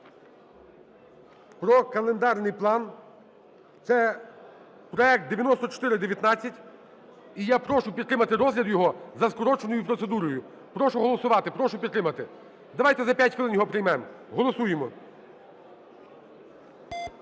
про календарний план, це проект 9419. І я прошу підтримати розгляд його за скороченою процедурою. Прошу голосувати, прошу підтримати. Давайте за 5 хвилин його приймемо. Голосуємо.